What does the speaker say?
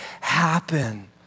happen